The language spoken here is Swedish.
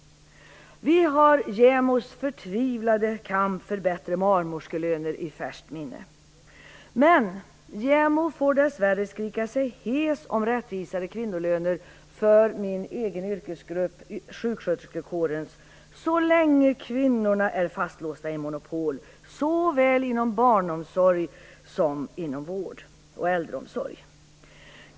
Vi har JämO:s förtvivlade kamp för bättre barnmorskelöner i färskt minne. JämO får dess värre skrika sig hes om rättvisare kvinnolöner för min egen yrkesgrupp, sjuksköterskekåren, så länge kvinnorna är fastlåsta i monopol såväl inom barnomsorg som inom vård och äldreomsorg.